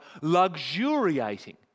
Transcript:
luxuriating